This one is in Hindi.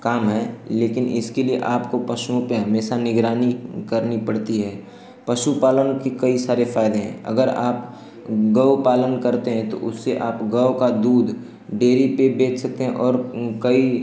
काम है लेकिन इसके लिए आपको पशुओं पर हमेशा निगरानी करनी पड़ती है पशु पालन के कई सारे फ़ायदे हैं अगर आप गो पालन करते हैं तो उससे आप गो का दूध डेयरी पर बेच सकते हैं और कई